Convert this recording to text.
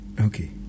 Okay